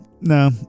No